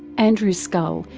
andrew scull,